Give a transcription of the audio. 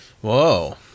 Whoa